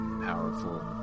powerful